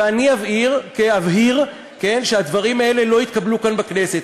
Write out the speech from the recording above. ואני אבהיר שהדברים האלה לא יתקבלו כאן בכנסת.